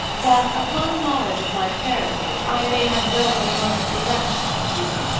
that, upon knowledge of my parentage, i may have welcome mongst the rest that woo,